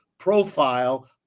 profile